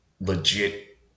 legit